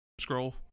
Scroll